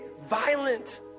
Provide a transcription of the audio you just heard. violent